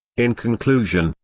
in conclusion,